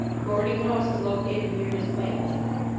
the boarding-house is located near his claims, you know,